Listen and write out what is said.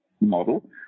Model